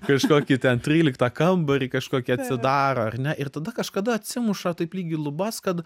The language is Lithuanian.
kažkokį ten tryliktą kambarį kažkokį atsidaro ar ne ir tada kažkada atsimuša taip lyg į lubas kad